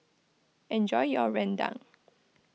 enjoy your Rendang